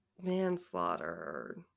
manslaughter